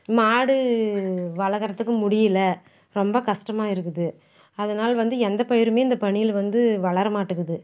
மாடு வளர்க்கறதுக்கு முடியல ரொம்ப கஷ்டமா இருக்குது அதனால் வந்து எந்த பயிருமே இந்த பனியில் வந்து வளர மாட்டங்குது